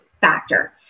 factor